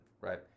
right